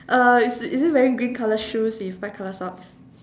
uh is is it wearing green colour shoes with white colour socks